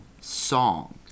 song